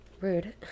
Rude